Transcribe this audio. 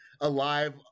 alive